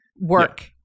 work